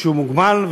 שהוא מוגבל,